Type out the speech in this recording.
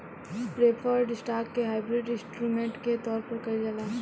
preferred stock के hybrid instrument के तौर पर कइल जाला